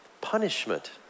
punishment